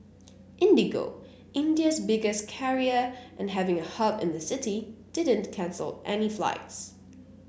IndiGo India's biggest carrier and having a hub in the city didn't cancel any flights